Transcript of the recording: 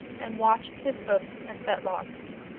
and washed his hoofs and fetlocks.